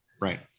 Right